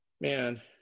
man